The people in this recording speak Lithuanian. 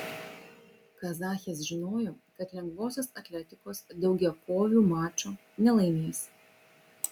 kazachės žinojo kad lengvosios atletikos daugiakovių mačo nelaimės